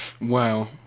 wow